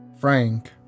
frank